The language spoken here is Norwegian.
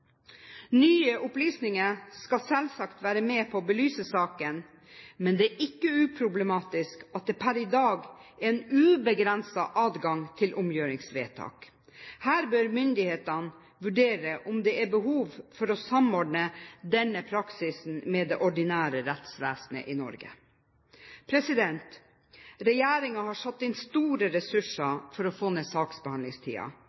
Nye opplysninger skal selvsagt være med på å belyse saken, men det er ikke uproblematisk at det per i dag er en ubegrenset adgang til omgjøringsvedtak. Her bør myndighetene vurdere om det er behov for å samordne denne praksisen med det ordinære rettsvesenet i Norge. Regjeringen har satt inn store